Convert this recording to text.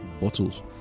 bottles